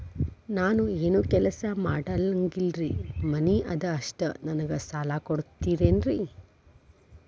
ನಾನು ಏನು ಕೆಲಸ ಮಾಡಂಗಿಲ್ರಿ ಮನಿ ಅದ ಅಷ್ಟ ನನಗೆ ಸಾಲ ಕೊಡ್ತಿರೇನ್ರಿ?